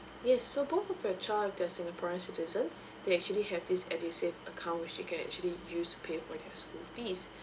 yes so both of your child if they're singaporeans citizen they actually have this edusave account which you can actually use to pay for your school fees